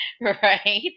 Right